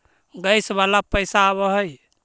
Gas वाला पैसा आव है?